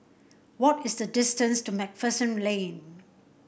what is the distance to MacPherson Lane